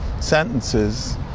sentences